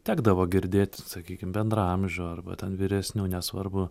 tekdavo girdėt sakykim bendraamžių arba ten vyresnių nesvarbu